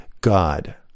God